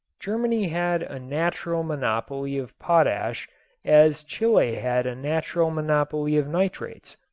germany had a natural monopoly of potash as chile had a natural monopoly of nitrates.